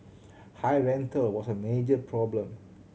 high rental was a major problem